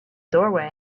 doorway